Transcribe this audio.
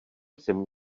jsem